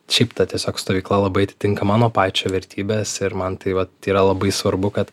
šiaip ta tiesiog stovykla labai atitinka mano pačio vertybes ir man tai vat yra labai svarbu kad